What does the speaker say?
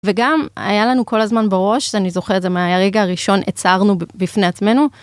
וגם היה לנו כל הזמן בראש, אני זוכרת זה, מהרגע הראשון הצהרנו בפני עצמנו.